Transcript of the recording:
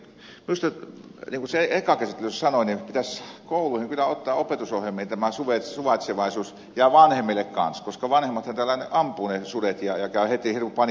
minusta niin kuin ensimmäisessä käsittelyssä sanoin pitäisi kyllä kouluihin ottaa opetusohjelmiin tämä suvaitsevaisuus ja vanhemmille kanssa koska vanhemmathan täällä ampuvat ne sudet ja käy heti hirmu paniikki olemaan